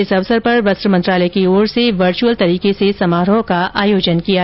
इस अवसर पर वस्त्र मंत्रालय की ओर वर्चुअल तरीके से समारोह का आयोजन किया जा रहा है